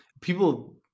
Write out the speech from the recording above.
People